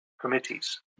committees